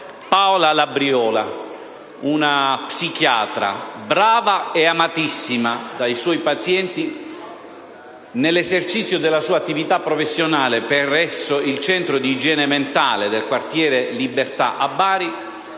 Paola Labriola, una psichiatra brava e amatissima dai suoi pazienti, nell'esercizio della sua attività professionale presso il Centro di igiene mentale del quartiere Libertà a Bari,